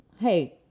Hey